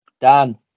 Dan